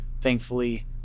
thankfully